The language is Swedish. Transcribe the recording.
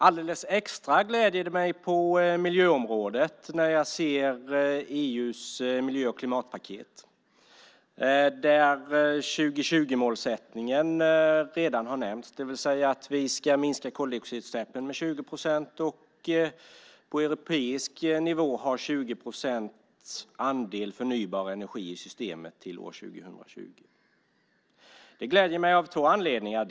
Alldeles extra gläder det mig på miljöområdet när jag ser EU:s miljö och klimatpaket. 2020-målsättningen har redan nämnts, det vill säga att vi ska minska koldioxidutsläppen med 20 procent och på europeisk nivå ha 20 procents andel förnybar energi i systemet till år 2020. Det gläder mig av två anledningar.